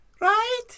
right